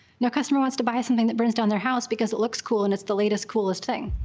no customer wants to buy something that burns down their house because it looks cool and it's the latest, coolest thing.